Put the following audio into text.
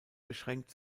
beschränkt